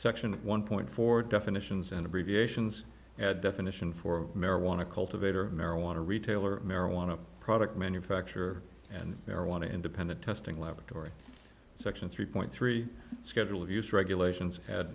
section one point four definitions and abbreviations at definition for marijuana cultivator marijuana retailer marijuana product manufacturer and marijuana independent testing laboratory section three point three schedule of use regulations had